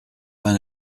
vingt